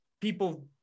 people